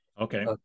Okay